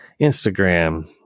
Instagram